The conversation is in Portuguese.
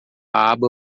aba